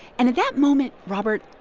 and at that moment, robert,